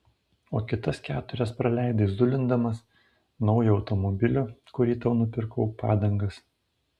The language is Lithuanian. o kitas keturias praleidai zulindamas naujo automobilio kurį tau nupirkau padangas